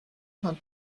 hat